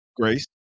Grace